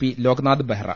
P Loknath Behera